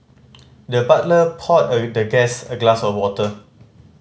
the butler poured the guest a glass of water